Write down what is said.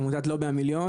עמותת לובי המיליון,